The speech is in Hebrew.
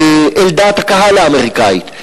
אל דעת הקהל האמריקנית,